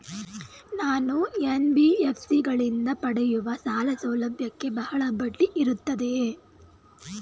ನಾನು ಎನ್.ಬಿ.ಎಫ್.ಸಿ ಗಳಿಂದ ಪಡೆಯುವ ಸಾಲ ಸೌಲಭ್ಯಕ್ಕೆ ಬಹಳ ಬಡ್ಡಿ ಇರುತ್ತದೆಯೇ?